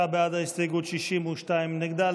49 בעד ההסתייגות, 62 נגדה.